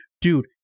dude